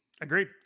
Agreed